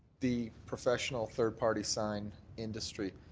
the professional third party sign industry.